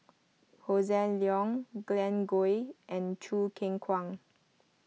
Hossan Leong Glen Goei and Choo Keng Kwang